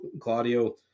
Claudio